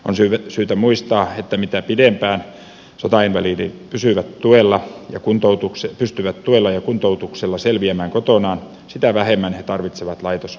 on syytä muistaa että mitä pidempään sotainvalidit pystyvät tuella ja kuntoutuksella selviämään kotonaan sitä vähemmän he tarvitsevat laitoshoitoa